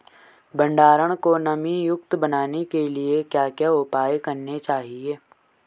भंडारण को नमी युक्त बनाने के लिए क्या क्या उपाय करने चाहिए?